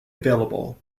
available